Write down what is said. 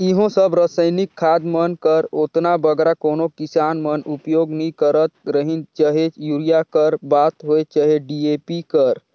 इहों सब रसइनिक खाद मन कर ओतना बगरा कोनो किसान मन उपियोग नी करत रहिन चहे यूरिया कर बात होए चहे डी.ए.पी कर